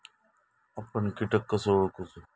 आपन कीटक कसो ओळखूचो?